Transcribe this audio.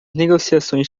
negociações